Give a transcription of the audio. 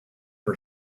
for